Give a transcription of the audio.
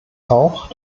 auch